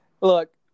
Look